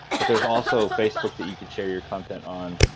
but there's also facebook that you can share your content on.